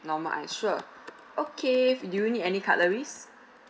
normal ice sure okay and will you need any cutleries